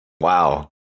Wow